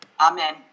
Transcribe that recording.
Amen